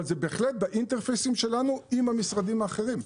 אבל זה בהחלט בממשקים שלנו עם המשרדים האחרים.